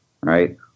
Right